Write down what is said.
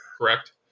correct